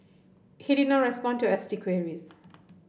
he did not respond to S T queries